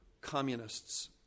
communists